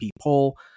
poll